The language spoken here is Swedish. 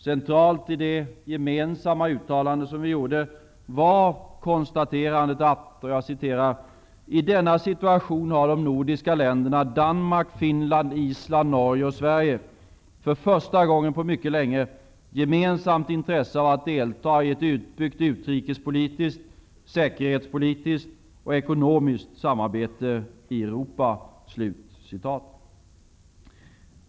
Centralt i detta gemensamma uttalande var konstaterandet att ''i denna situation har de nordiska länderna Danmark, Finland, Island, Norge och Sverige för första gången på mycket länge gemensamt intresse av att delta i ett utbyggt utrikespolitiskt, säkerhetspolitiskt och ekonomiskt samarbete i Europa''.